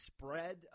spread